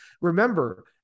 Remember